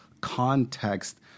context